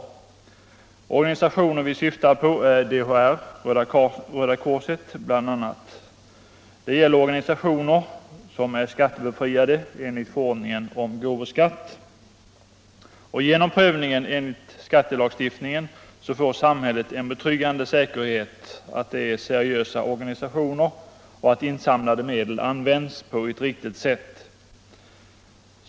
De organisationer vi syftar på är bl.a. DHR och Röda korset. Det gäller organisationer som är skattebefriade enligt förordningen om gåvoskatt. Genom prövningen enligt skattelagstiftningen får samhället en betryggande säkerhet för att det är seriösa organisationer och för att insamlade medel används på ett riktigt sätt.